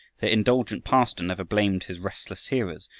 their indulgent pastor never blamed his restless hearers,